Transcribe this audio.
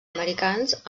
americans